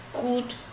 good